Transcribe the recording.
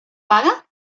paga